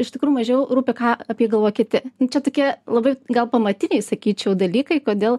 iš tikrų mažiau rūpi ką apie jį galvoja kiti čia tokie labai gal pamatiniai sakyčiau dalykai kodėl